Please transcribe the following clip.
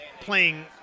playing